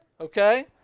okay